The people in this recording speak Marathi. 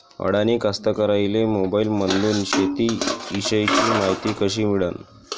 अडानी कास्तकाराइले मोबाईलमंदून शेती इषयीची मायती कशी मिळन?